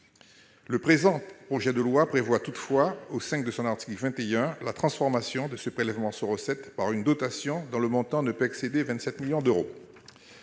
Le présent projet de loi de finances, au sein de son article 21, transforme ce prélèvement sur recettes en une dotation dans le montant ne peut excéder 27 millions d'euros.